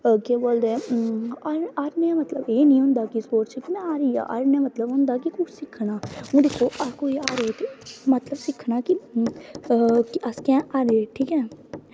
केह् आखदे हारने दा मतलब एह् निं होंदा कि स्पोर्टस च में हारी गेआ हारने दा मतलब होंदा कि किश सिक्खना हून दिक्खो अस हारे दे ते सिक्खना अस की हारे ठीक ऐ